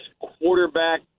quarterback